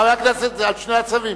חבר הכנסת, על שני הצווים?